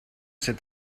cet